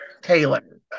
Taylor